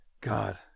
God